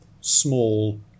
small